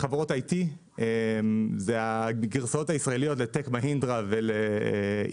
חברות IT והגרסאות הישראליות ל- -- אינדרה ולאימפוזיס,